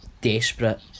desperate